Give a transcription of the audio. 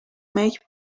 make